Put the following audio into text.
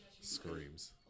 Screams